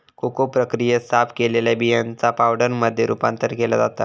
cocoa प्रक्रियेत, साफ केलेल्या बियांचा पावडरमध्ये रूपांतर केला जाता